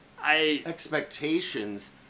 expectations